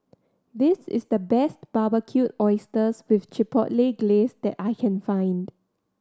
this is the best Barbecued Oysters with Chipotle Glaze that I can find